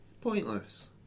Pointless